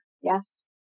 Yes